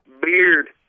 Beard